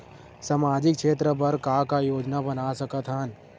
सामाजिक क्षेत्र बर का का योजना बना सकत हन?